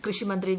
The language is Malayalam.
കൃഷിമന്ത്രി വി